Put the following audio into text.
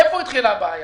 איפה התחילה הבעיה?